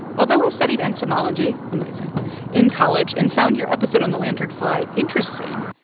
although i studied entomology amazing in college and found your episode on the lanternfly interesting,